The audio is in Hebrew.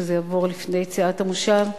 שזה יעבור לפני סיום המושב.